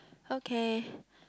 okay